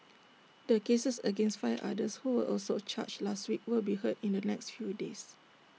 the cases against five others who were also charged last week will be heard in the next few days